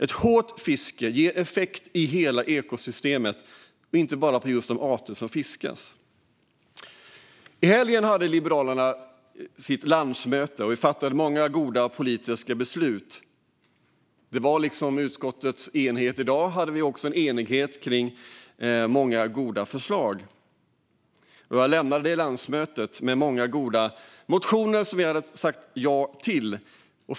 Ett hårt fiske ger effekt i hela ekosystemet och inte bara på just de arter som fiskas. I helgen hade Liberalerna sitt landsmöte, och vi fattade många goda politiska beslut. Liksom utskottet har enighet i dag hade vi enighet kring många goda förslag. Jag lämnade det landsmötet med många goda motioner som vi hade sagt ja till.